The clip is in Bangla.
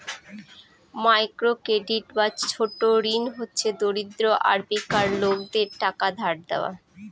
মাইক্র ক্রেডিট বা ছোট ঋণ হচ্ছে দরিদ্র আর বেকার লোকেদের টাকা ধার দেওয়া